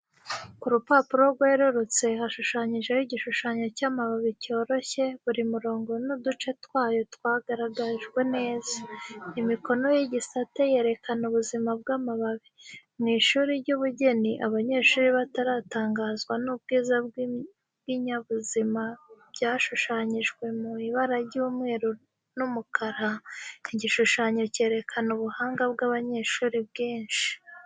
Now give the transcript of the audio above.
Ku rupapuro rwerurutse, hashushanyijwe igishushanyo cy’amababi cyoroshye, buri murongo n’uduce twayo twagaragajwe neza. Imikono y’igisate yerekana ubuzima bw’amababi. Mu ishuri ry’ubugeni, abanyeshuri baratangazwa n’ubwiza bw’ibinyabuzima byashushanyijwe mu ibara ry’umweru n'umukara, igishushanyo cyerekana ubuhanga bw'abanyeshuri bwinshi.